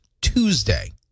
Tuesday